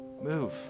move